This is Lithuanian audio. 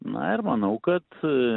na ir manau kad